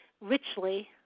richly